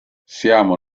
siamo